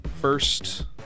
first